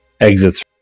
exits